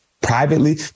privately